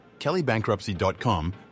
kellybankruptcy.com